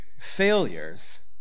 Failures